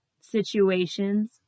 situations